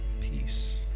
peace